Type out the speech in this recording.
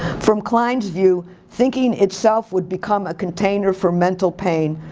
from klein's view, thinking itself would become a container for mental pain,